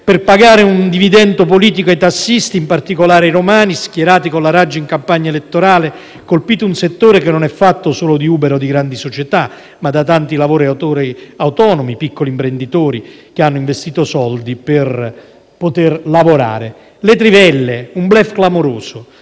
Per pagare un dividendo politico ai tassisti, in particolare romani, schierati con la Raggi in campagna elettorale, colpite un settore che non è fatto solo di Uber o di grandi società, ma da tanti lavoratori autonomi, piccoli imprenditori che hanno investito soldi per poter lavorare. Le trivelle, un *bluff* clamoroso: